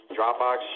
Dropbox